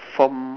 from